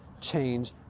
change